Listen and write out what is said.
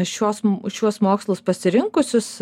šiuos šiuos mokslus pasirinkusius